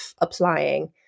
applying